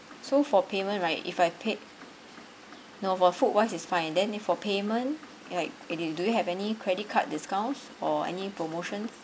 so for payment right if I paid no for food wise is fine and then for payment like do you do you have any credit card discounts or any promotion